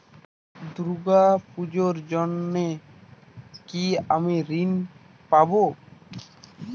দুর্গা পুজোর জন্য কি আমি ঋণ পাবো?